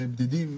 בדידים,